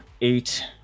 eight